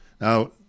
Now